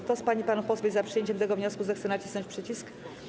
Kto z pań i panów posłów jest za przyjęciem tego wniosku, zechce nacisnąć przycisk.